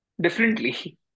differently